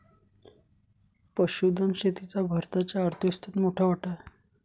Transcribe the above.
पशुधन शेतीचा भारताच्या अर्थव्यवस्थेत मोठा वाटा आहे